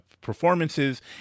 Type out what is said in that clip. performances